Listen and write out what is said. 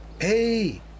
Hey